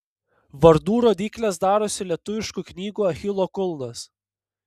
vardų rodyklės darosi lietuviškų knygų achilo kulnas